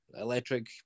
electric